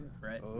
Right